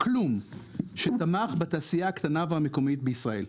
כלום שתמך בתעשייה הקטנה והמקומית בישראל.